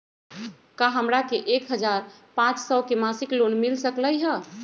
का हमरा के एक हजार पाँच सौ के मासिक लोन मिल सकलई ह?